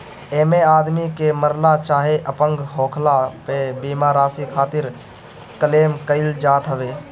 एमे आदमी के मरला चाहे अपंग होखला पे बीमा राशि खातिर क्लेम कईल जात हवे